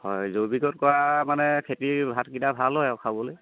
হয় জৈৱিকত কৰা মানে খেতিৰ ভাতকেইটা ভাল হয় আৰু খাবলৈ